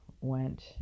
went